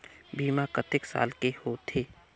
बीमा कतेक साल के होथे?